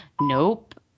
Nope